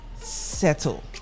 settle